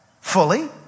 Fully